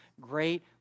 great